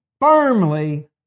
firmly